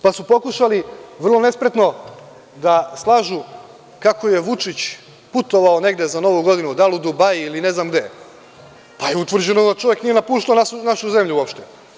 Pa su pokušali vrlo nespretno da slažu kako je Vučić putovao negde za novu godinu, da li u Dubai ili ne znam gde, pa je utvrđeno da čovek nije napuštao našu zemlju uopšte.